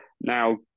now